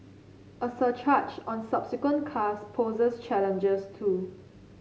a surcharge on subsequent cars poses challenges too